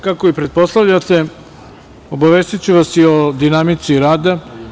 Kako i pretpostavljate, obavestiću vas i o dinamici rada.